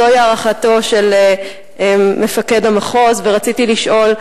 זוהי הערכתו של מפקד המחוז, ורציתי לשאול: